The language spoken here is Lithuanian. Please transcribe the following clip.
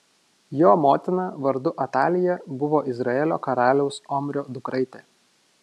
jo motina vardu atalija buvo izraelio karaliaus omrio dukraitė